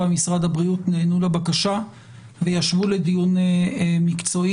במשרד הבריאות נענו לבקשה וישבו לדיון מקצועי.